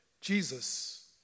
Jesus